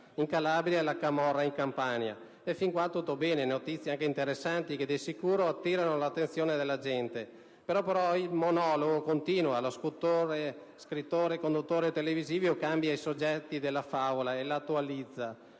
in Calabria e la camorra in Campania. Fino a qui tutto bene. Sono notizie anche interessanti, che di sicuro attirano l'attenzione della gente. Però, poi, il monologo continua e lo scrittore conduttore televisivo cambia i soggetti della favola e li attualizza: